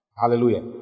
Hallelujah